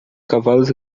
cavalos